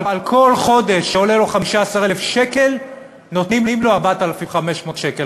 על כל חודש שעולה לו 15,000 שקל נותנים לו 4,500 שקל.